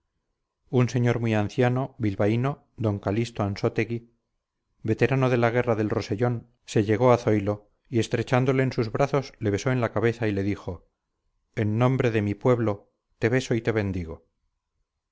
un señor muy anciano bilbaíno d calixto ansótegui veterano de la guerra del rosellón se llegó a zoilo y estrechándole en sus brazos le besó en la cabeza y le dijo en nombre de mi pueblo te beso y te bendigo